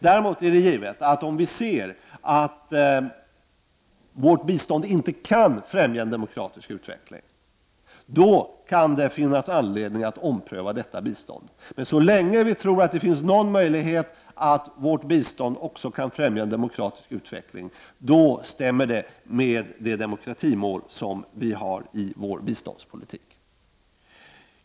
Däremot är det självklart att om vi ser att vårt bistånd inte kan främja en demokratisk utveckling, då kan det finnas anledning att ompröva biståndet. Men så länge vi tror att det finns någon möjlighet att vårt bistånd också kan främja en demokratisk utveckling, då stämmer det med det demokratimål som vi har i vår biståndspolitik.